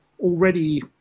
already